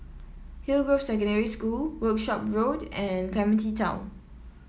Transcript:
Hillgrove Secondary School Workshop Road and Clementi Town